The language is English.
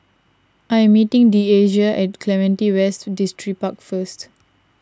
I am meeting Deasia at Clementi West Distripark first